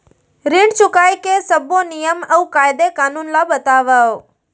ऋण चुकाए के सब्बो नियम अऊ कायदे कानून ला बतावव